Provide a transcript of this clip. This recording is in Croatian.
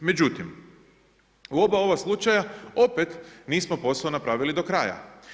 Međutim, u oba ova slučaja opet nismo posao napravili do kraja.